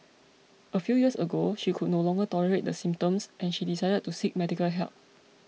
a few years ago she could no longer tolerate the symptoms and she decided to seek medical help